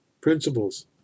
principles